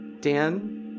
Dan